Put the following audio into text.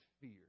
fear